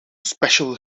special